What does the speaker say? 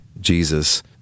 Jesus